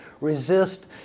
resist